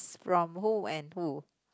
from who and who